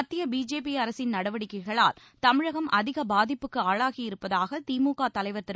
மத்திய பிஜேபி அரசின் நடவடிக்கைகளால் தமிழகம் அதிக பாதிப்புக்கு ஆளாகியிருப்பதாக திமுக தலைவர் திரு